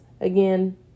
again